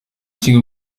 kimwe